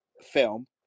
film